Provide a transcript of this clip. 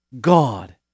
God